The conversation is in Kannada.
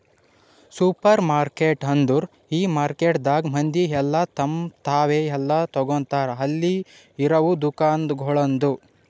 ಸೂಪರ್ಮಾರ್ಕೆಟ್ ಅಂದುರ್ ಈ ಮಾರ್ಕೆಟದಾಗ್ ಮಂದಿ ಎಲ್ಲಾ ತಮ್ ತಾವೇ ಎಲ್ಲಾ ತೋಗತಾರ್ ಅಲ್ಲಿ ಇರವು ದುಕಾನಗೊಳ್ದಾಂದು